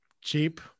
cheap